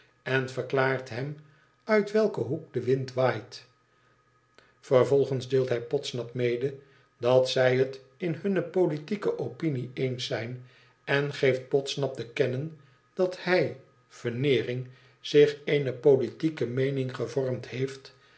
en verklaart hem uit welken hoek de wind waait vervolgens deelt hij podsnap mede dat zij het in hunne politieke opinie wns zijn en geeft podsnap te kennen dat hij veneering zich eene politieke meening gevormd heeft